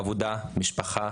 עבודה, משפחה,